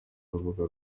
urubuga